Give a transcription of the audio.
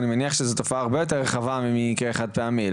התופעה הרבה יותר רחבה ממקרה חד פעמי,